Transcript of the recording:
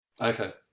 Okay